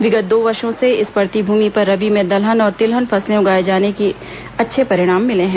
विगत दो वर्षो से इस पड़ती भूमि पर रबी में दलहन और तिलहन फसलें उगाये जाने के अच्छे परिणाम मिले हैं